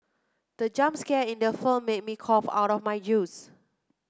the jump scare in the film made me cough out my use